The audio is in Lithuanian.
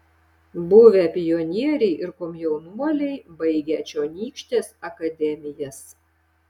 buvę pionieriai ir komjaunuoliai baigę čionykštes akademijas